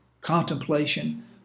contemplation